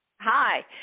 Hi